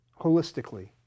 holistically